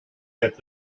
had